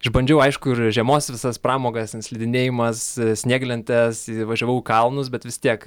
išbandžiau aišku ir žiemos visas pramogas ten slidinėjimas snieglentės važiavau į kalnus bet vis tiek